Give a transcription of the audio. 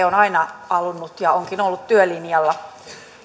on aina halunnut olla ja onkin ollut työlinjalla